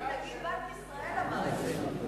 נגיד בנק ישראל אמר את זה.